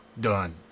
done